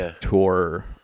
tour